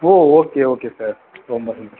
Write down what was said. ஓ okay okay sir ரொம்ப சந்தோஷம்